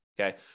okay